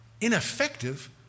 ineffective